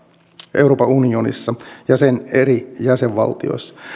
euroopan unionissa ja sen eri jäsenvaltioissa sikäli